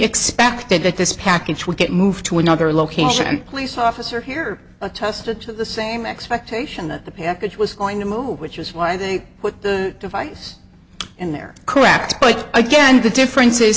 expected that this package would get moved to another location and police officer here attested to the same expectation that the package was going to move which was why they put the device in there correct but again the difference